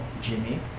Jimmy